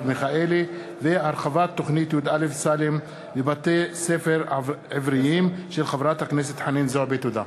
ובעקבות דיון מהיר בהצעת חברת הכנסת חנין זועבי בנושא: